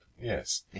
yes